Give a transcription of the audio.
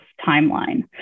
timeline